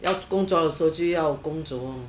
要工作的时候就要工作